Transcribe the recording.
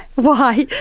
why?